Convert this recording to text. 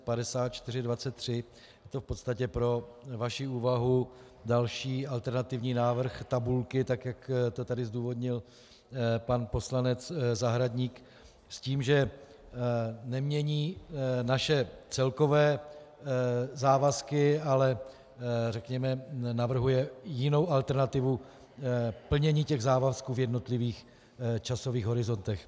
Je to v podstatě pro vaši úvahu další alternativní návrh tabulky, tak jak to tady zdůvodnil pan poslanec Zahradník, s tím, že nemění naše celkové závazky, ale řekněme, navrhuje jinou alternativu plnění závazků v jednotlivých časových horizontech.